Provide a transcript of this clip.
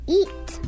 eat